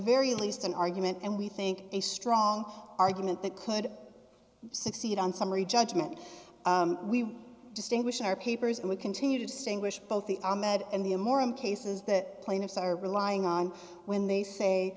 very least an argument and we think a strong argument that could succeed on summary judgment we distinguish in our papers and we continue to distinguish both the ahmed and the a more and cases that plaintiffs are relying on when they say